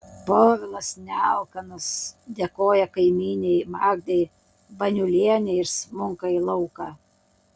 povilas nealkanas dėkoja kaimynei magdei baniulienei ir smunka į lauką